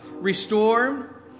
restore